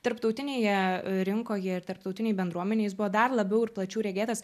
tarptautinėje rinkoje ir tarptautinėj bendruomenėj jis buvo dar labiau ir plačiau regėtas